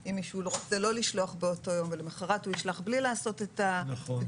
אם מישהו ירצה לשלוח באותו יום ולמחרת הוא ישלח בלי לעשות את הבדיקה.